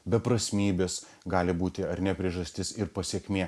beprasmybės gali būti ar ne priežastis ir pasekmė